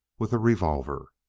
with a revolver.